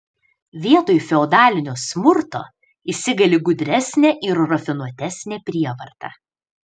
vietoj feodalinio smurto įsigali gudresnė ir rafinuotesnė prievarta